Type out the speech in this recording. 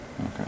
Okay